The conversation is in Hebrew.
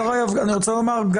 אני רוצה לומר,